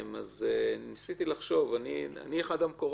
היא לא מגיעה בכלל לשלם את הקרן,